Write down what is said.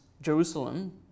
Jerusalem